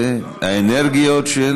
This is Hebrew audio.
והאנרגיות של,